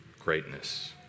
greatness